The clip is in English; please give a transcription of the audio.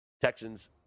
Texans